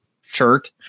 shirt